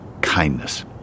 kindness